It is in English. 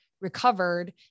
recovered